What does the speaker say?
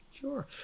Sure